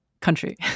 country